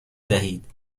دهید